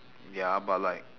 ya but like